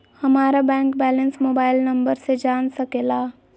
हमारा bank balance mobile number से जान सके ला?